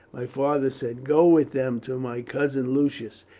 my father said, go with them to my cousin lucius,